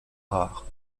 rare